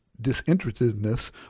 disinterestedness